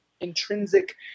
Intrinsic